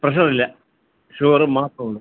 പ്രഷറില്ല sugar മാത്രമേയുള്ളൂ